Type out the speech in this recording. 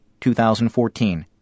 2014